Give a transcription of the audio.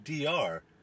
DR